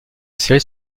série